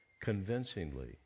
convincingly